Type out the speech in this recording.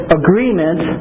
agreement